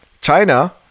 China